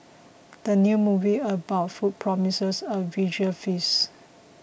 the new movie about food promises a visual feast